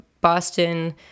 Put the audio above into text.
Boston